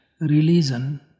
religion